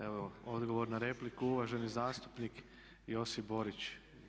Evo odgovor na repliku, uvaženi zastupnik Josip Borić.